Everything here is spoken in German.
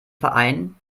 verein